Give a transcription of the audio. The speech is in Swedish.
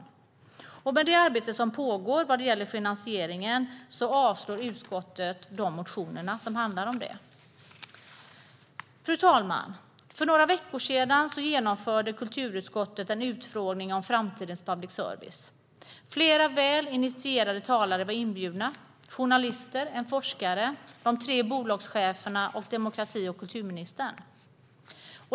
Med tanke på det arbete som pågår vad gäller finansieringen avslår utskottet de motioner som handlar om detta. Fru talman! För några veckor sedan genomförde kulturutskottet en utfrågning om framtidens public service. Flera väl initierade talare var inbjudna: journalister, en forskare, de tre bolagscheferna och kultur och demokratiministern.